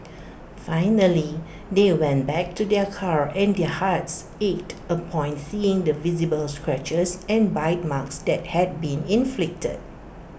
finally they went back to their car and their hearts ached upon seeing the visible scratchers and bite marks that had been inflicted